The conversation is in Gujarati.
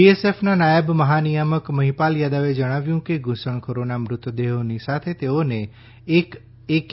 બીએસએફના નાયબ મહાનિયામક મહિપાલ યાદવે જણાવ્યું કે ધૂસણખોરોના મૃતદેહોની સાથે તેઓને એક એકે